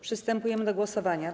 Przystępujemy do głosowania.